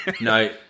No